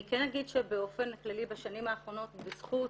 אני כן אגיד שבאופן כללי בשנים האחרונות בזכות